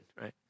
right